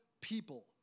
people